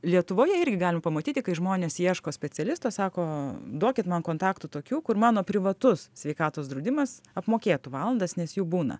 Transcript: lietuvoje irgi galim pamatyti kai žmonės ieško specialisto sako duokit man kontaktų tokių kur mano privatus sveikatos draudimas apmokėtų valandas nes jų būna